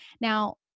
Now